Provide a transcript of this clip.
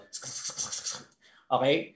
Okay